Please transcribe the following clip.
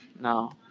No